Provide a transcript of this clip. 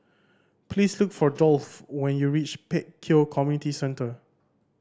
please look for Dolph when you reach Pek Kio Community Centre